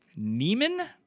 Neiman